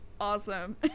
awesome